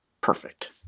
perfect